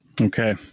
Okay